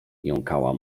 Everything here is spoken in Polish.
jąkała